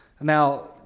Now